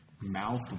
mouth